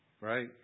right